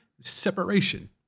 separation